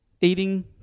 eating